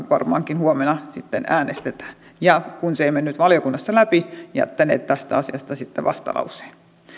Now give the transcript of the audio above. varmaankin huomenna sitten äänestetään ja kun se ei mennyt valiokunnassa läpi jättänemme tästä asiasta sitten vastalauseen